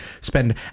spend